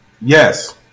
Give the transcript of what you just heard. Yes